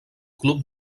club